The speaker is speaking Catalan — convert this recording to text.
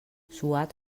suat